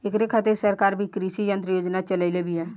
ऐकरे खातिर सरकार भी कृषी यंत्र योजना चलइले बिया